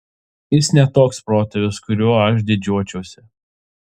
jis ne toks protėvis kuriuo aš didžiuočiausi